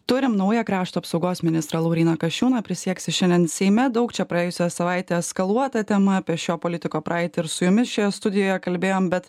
turim naują krašto apsaugos ministrą lauryną kasčiūną prisieksi šiandien seime daug čia praėjusią savaitę eskaluota tema apie šio politiko praeitį ir su jumis šioje studijoje kalbėjom bet